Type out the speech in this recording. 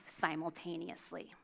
simultaneously